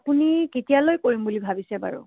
আপুনি কেতিয়ালৈ কৰিম বুলি ভাবিছে বাৰু